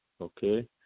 okay